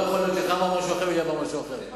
לא יכול להיות שלך הוא אמר משהו אחר ולי הוא אמר משהו אחר.